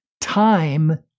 time